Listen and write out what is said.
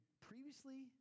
previously